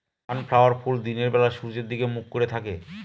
sunflower ফুল দিনের বেলা সূর্যের দিকে মুখ করে থাকে